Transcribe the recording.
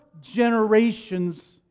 generations